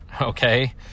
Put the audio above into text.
okay